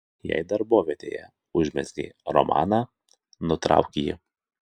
jei darbovietėje užmezgei romaną nutrauk jį